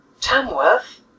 Tamworth